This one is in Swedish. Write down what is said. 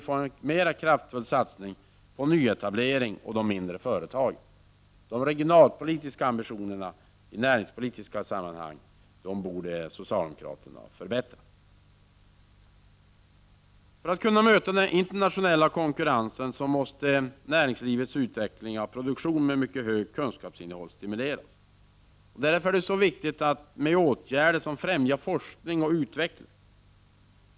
Socialdemokraterna borde förbättra de regionalpolitiska ambitionerna inom näringspolitiken. För att kunna möta den internationella konkurrensen måste näringslivets utveckling av produktion med högt kunskapsinnehåll stimuleras. Det är därför viktigt med åtgärder som främjar forskning och utveckling.